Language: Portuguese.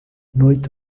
noite